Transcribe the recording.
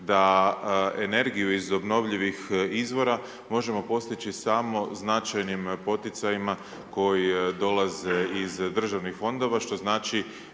da energiju iz obnovljivih izvora možemo postići samo značajnim poticajima koji dolaze iz državnih fondova što znači